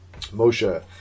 Moshe